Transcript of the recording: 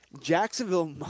Jacksonville